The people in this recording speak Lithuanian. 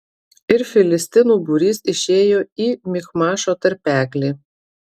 ir filistinų būrys išėjo į michmašo tarpeklį